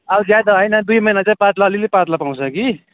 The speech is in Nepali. अब ज्यादा होइन दुई महिना चाहिँ पत्ला अलिअलि पत्ला पाउँछ कि